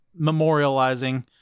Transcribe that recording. memorializing